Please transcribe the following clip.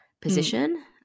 position